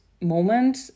moment